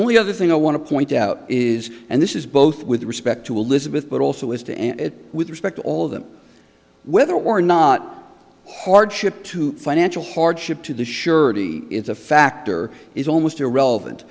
only other thing i want to point out is and this is both with respect to elizabeth but also has to with respect to all of them whether or not hardship to financial hardship to the surety is a factor is almost irrelevant